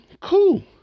cool